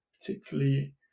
particularly